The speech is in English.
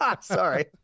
Sorry